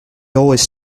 always